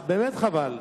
באמת חבל,